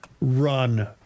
run